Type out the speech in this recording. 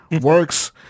works